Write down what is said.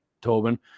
Tobin